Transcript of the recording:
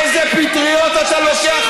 איזה פטריות אתה לוקח,